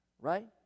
right